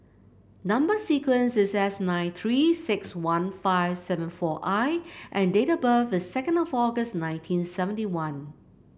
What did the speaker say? number sequence is S nine Three six one five seven four I and date of birth is second of August nineteen seventy one